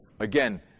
again